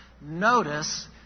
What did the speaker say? notice